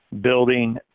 building